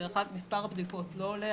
מספר הבדיקות לא עולה,